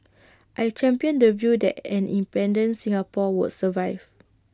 I championed the view that an independent Singapore would survive